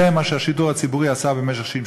זה מה שהשידור הציבורי עשה במשך 60,